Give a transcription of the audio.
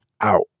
out